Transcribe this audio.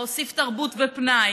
להוסיף תרבות ופנאי,